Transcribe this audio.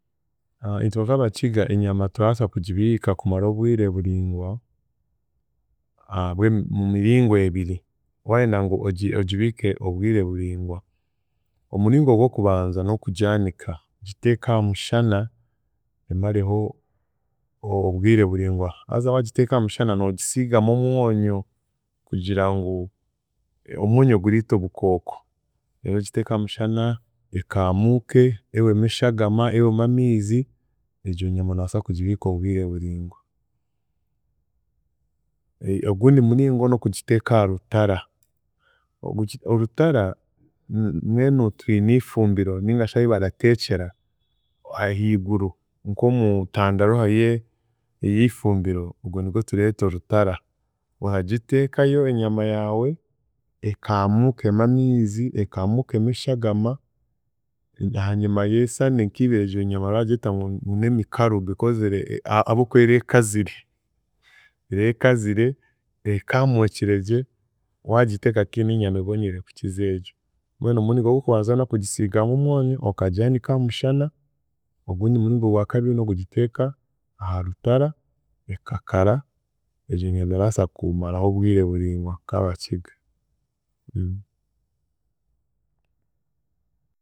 Itwe nk’Abakiga enyama turabaasa kugibiika kumara obwire buringwa, ahabwe mu miringo ebiri, waayenda ngu ogi- ogibiike obwire buringwa; omuringo gw’okubanza n’okugyanika, ogiteeka aha mushana emareho obwire buringwa, haza waagiteeka aha mushana noogisiigamu omwonyo, kugira ngu omwonyo guriita obukooko, reero ogiteeke aha mushana ekaamuuke ehwemu eshagama, ehwemu amiizi, egyo nyama noobaasa kugibiika obwire buringwa. Ogundi muringo n'okugiteeka aha rutara, okugi orutara, mbenu twine ifumbiro ningashi ahi barateekyera ahiguru nk’omutandaruha ye- eifumbiro ogwe nigwe tureeta orutara, oragiteekayo enyama yaawe ekaamuukemu amiizi, ekaamuukemu eshagama, ahaanyima y’esande nkibiri egyo nyama oraba oragyeta ngu n’emikaru because a- a- ahabw'okuba ere ekazire, ere ekazire, akaamuukiregye waagiteeka tihine enyama eboniire kukiza egyo, mbwenu omuringo g’okubanza n’okugisiigamu omwonyo akagyanika aha mushana, ogundi muringo gwa kabiri n’okugyiteeka aha rutara akakara egyo nyama erabaasa kumaraho obwire buringwa nk’Abakiga.